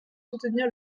soutenir